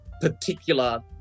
particular